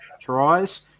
tries